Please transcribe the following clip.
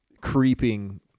creeping